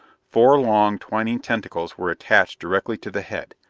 four long, twining tentacles were attached directly to the head.